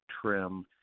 trim